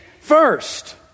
first